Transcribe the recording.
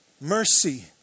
mercy